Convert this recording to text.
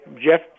Jeff